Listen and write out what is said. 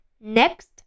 next